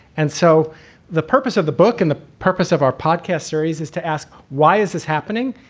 and so the purpose of the book and the purpose of our podcast series is to ask why is this happening?